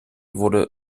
wurde